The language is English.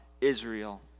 Israel